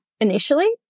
initially